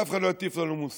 שאף אחד לא יטיף לנו מוסר.